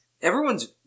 Everyone's